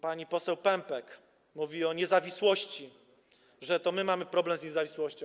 Pani poseł Pępek mówi o niezawisłości, że to my mamy problem z niezawisłością.